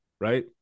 right